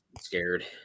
scared